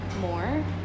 more